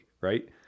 right